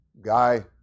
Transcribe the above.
Guy